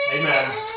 Amen